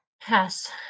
Pass